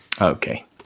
Okay